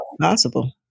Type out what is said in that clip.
possible